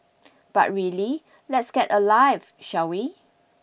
but really let's get a life shall we